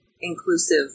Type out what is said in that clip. inclusive